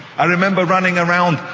i remember running around,